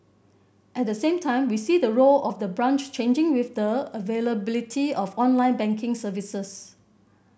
at the same time we see the role of the branch changing with the availability of online banking services